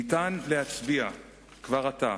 ניתן להצביע כבר עתה,